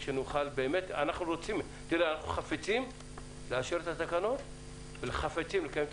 אנחנו חפצים לאשר את התקנות ולקיים את